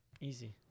Easy